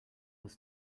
was